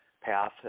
path